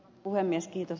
kiitos ed